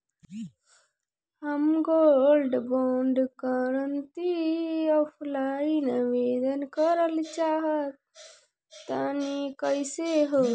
हम gold bond करंति offline आवेदन करल चाह तनि कइसे होई?